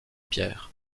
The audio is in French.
pierre